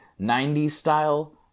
90s-style